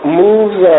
moves